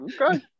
Okay